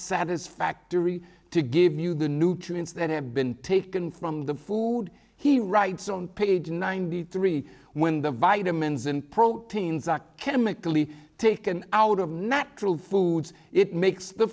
satisfactory to give you the nutrients that have been taken from the food he writes on page ninety three when the vitamins and proteins are chemically taken out of natural foods it makes the